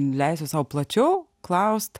leisiu sau plačiau klaust